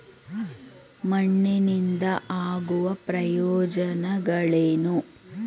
ಮಣ್ಣಿನಿಂದ ಆಗುವ ಪ್ರಯೋಜನಗಳೇನು?